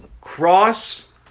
cross